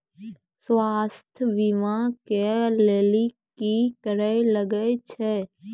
स्वास्थ्य बीमा के लेली की करे लागे छै?